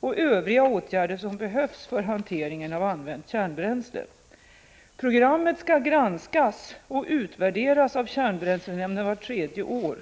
och de övriga åtgärder som behövs för hanteringen av använt kärnbränsle. Programmet skall granskas och utvärderas av kärnbränslenämnden vart tredje år.